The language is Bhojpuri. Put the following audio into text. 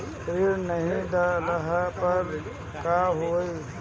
ऋण नही दहला पर का होइ?